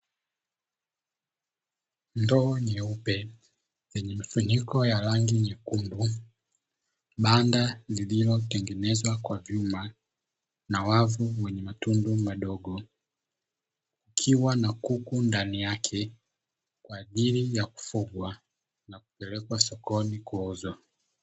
Ndoo nyeupe nyeye mfuniko wa rangi nyekundu banda lililotengenezwa kwa nyuma lililo na wavu wenye matundu madogo, likiwa na kuku ndani yake kwa ajili ya kufugwa na kupelekwa sokoni kuuzwa.